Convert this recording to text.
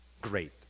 great